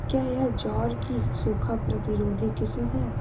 क्या यह ज्वार की सूखा प्रतिरोधी किस्म है?